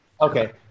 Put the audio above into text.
Okay